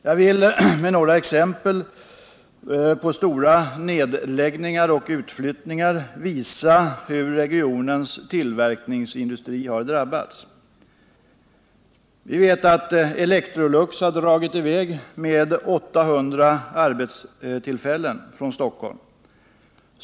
Jag vill med några exempel på stora nedläggningar och utflyttningar visa hur regionens tillverkningsindustri har drabbats. Vi vet att Electrolux har dragit i väg med 800 arbetstillfällen från Stockholm.